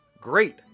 great